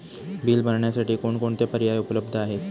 Bill भरण्यासाठी कोणकोणते पर्याय उपलब्ध आहेत?